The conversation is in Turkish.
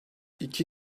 i̇ki